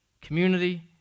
community